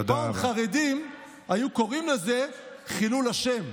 פעם חרדים היו קוראים לזה חילול השם,